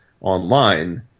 online